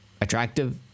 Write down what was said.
attractive